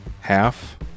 half